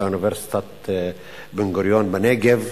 באוניברסיטת בן-גוריון בנגב.